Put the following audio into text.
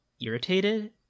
irritated